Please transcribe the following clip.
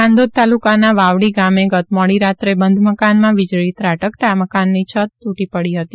નાંદોદ તાલુકાના વાવડી ગામે ગત મોડી રાત્રે બંધ મકાનમાં વીજળી ત્રાટકતા મકાનની છત તૂટી પડી હતી